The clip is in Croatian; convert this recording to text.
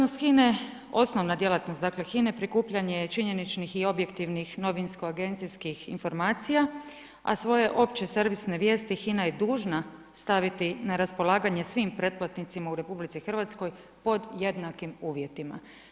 Osnovna djelatnost HINA-e prikupljanje je činjeničnih i objektivnih novinsko-agencijskih informacija a svoje opće servisne vijesti HINA je dužna staviti na raspolagane svim pretplatnicima u RH pod jednakim uvjetima.